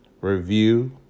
review